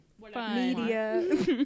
media